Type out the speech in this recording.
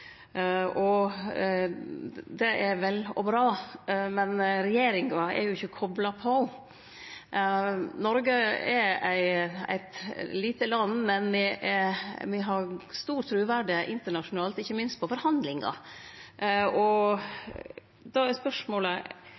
Taliban. Det er vel og bra, men regjeringa er ikkje kopla på. Noreg er eit lite land, men me har stort truverd internasjonalt, ikkje minst i forhandlingar. Då er spørsmålet: